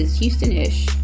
Houston-ish